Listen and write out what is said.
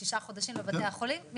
שישה חודשים לבתי החולים?